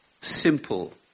simple